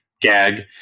gag